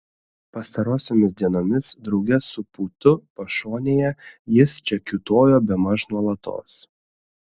pastarosiomis dienomis drauge su pūtu pašonėje jis čia kiūtojo bemaž nuolatos